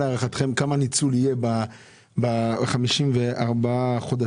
להערכתכם מה יהיה הניצול ב-54 חודשים?